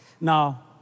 Now